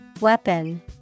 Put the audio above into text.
Weapon